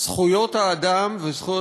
זכויות האדם וזכויות